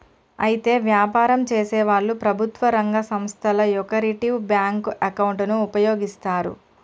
అయితే వ్యాపారం చేసేవాళ్లు ప్రభుత్వ రంగ సంస్థల యొకరిటివ్ బ్యాంకు అకౌంటును ఉపయోగిస్తారు